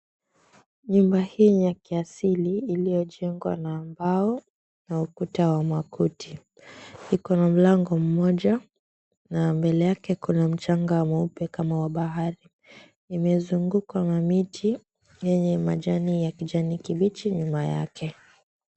Nyumba hii ya kiasili lililojengwa na mbao na ukuta wa makuti. Iko na mlango mmoja na mbele yake kuna mchanga mweupe kama wa bahari. Imezungukwa na miti yenye majani ya kijani kibichi nyuma yake.